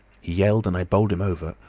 he yelled and i bowled him over,